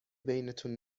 بینتون